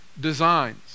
designs